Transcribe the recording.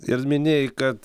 ir minėjai kad